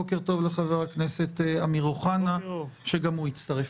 בוקר טוב לאמיר אוחנה, שגם הוא הצטרף.